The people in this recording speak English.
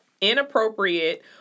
inappropriate